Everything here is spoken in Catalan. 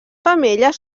femelles